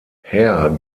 herr